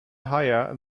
higher